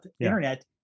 internet